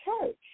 church